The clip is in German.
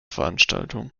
veranstaltung